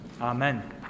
Amen